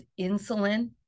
insulin